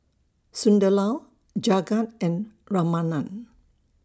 Sunderlal Jagat and Ramanand